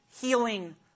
healing